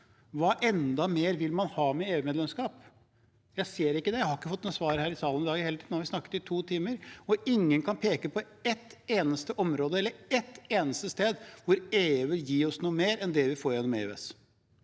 Hva mer vil man ha med EUmedlemskap? Jeg ser ikke det, og jeg har heller ikke fått noe svar her i salen i dag. Nå har vi snakket i to timer, og ingen kan peke på ett eneste område eller ett eneste sted hvor EU vil gi oss noe mer enn det vi får gjennom EØS.